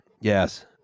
Yes